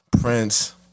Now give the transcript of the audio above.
Prince